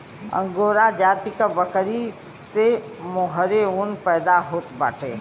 angora जाति क बकरी से मोहेर ऊन पैदा होत बाटे